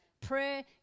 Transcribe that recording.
prayer